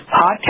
Podcast